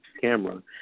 camera